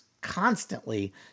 constantly